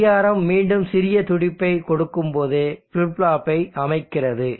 கடிகாரம் மீண்டும் சிறிய துடிப்பை கொடுக்கும்போது ஃபிளிப் ஃப்ளாப்பை அமைக்கிறது